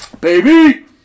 baby